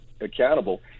accountable